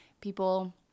People